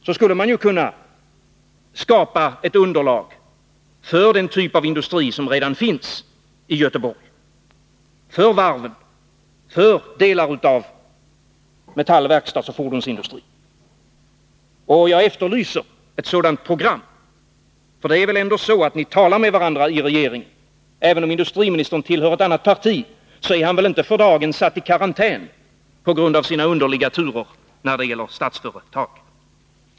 Man skulle kunna skapa ett underlag för den typ av industri som redan finns i Göteborg — för varven, för delar av metall-, verkstadsoch fordonsindustrin. Jag efterlyser ett sådant program. För ni talar väl ändå med varandra i regeringen. Även om industriministern tillhör ett annat parti, är han väl inte för dagen satt i karantän på grund av sina underliga turer när det gäller Statsföretag.